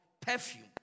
perfume